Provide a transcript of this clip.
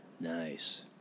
Nice